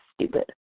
stupid